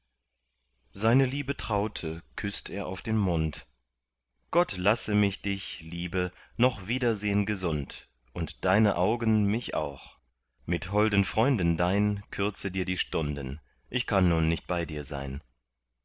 seine liebe traute küßt er auf den mund gott lasse mich dich liebe noch wiedersehn gesund und deine augen mich auch mit holden freunden dein kürze dir die stunden ich kann nun nicht bei dir sein